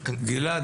גלעד,